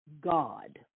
God